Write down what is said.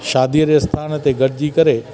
शादीअ जे आस्थान ते गॾिजी करे